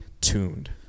tuned